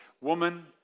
Woman